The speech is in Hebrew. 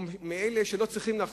או אלה שלא צריכים לחסוך?